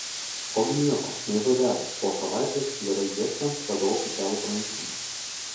ogi nieko nei žodelio po savaitės gerai ieškant radau oficialų pranešimą